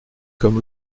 comme